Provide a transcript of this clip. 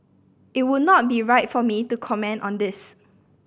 it would not be right for me to comment on this